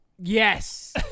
Yes